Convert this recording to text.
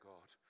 God